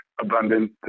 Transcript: abundant